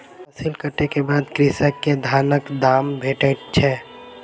फसिल कटै के बाद कृषक के धानक दाम भेटैत छै